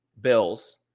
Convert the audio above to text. Bills